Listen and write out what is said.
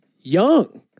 young